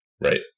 Right